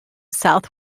south